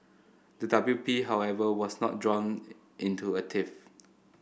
the W P However was not drawn it into a tiff